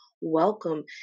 welcome